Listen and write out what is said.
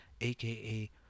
aka